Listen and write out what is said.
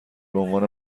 بعنوان